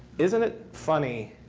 isn't it funny